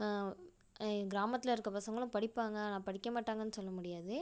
எங்கள் கிராமத்தில் இருக்க பசங்களும் படிப்பாங்கள் ஆனால் படிக்க மாட்டாங்கன்னு சொல்ல முடியாது